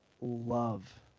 love